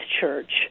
church